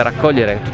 ah cordillera